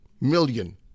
million